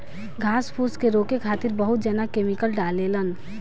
घास फूस के रोके खातिर बहुत जना केमिकल डालें लन